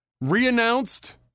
re-announced